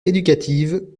éducative